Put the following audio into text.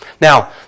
Now